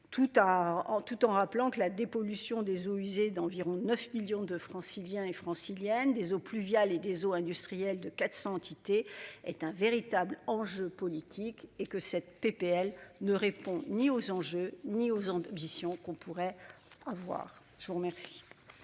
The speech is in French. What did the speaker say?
tout en rappelant que la dépollution des eaux usées d'environ 9 millions de Franciliens et Franciliennes des eaux pluviales et des eaux industrielles de 400 entité est un véritable enjeu politique et que cette PPL ne répond ni aux anges ni aux ambitions qu'on pourrait. Avoir je vous remercie.